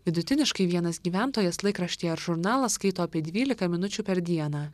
vidutiniškai vienas gyventojas laikraštį ar žurnalą skaito apie dvylika minučių per dieną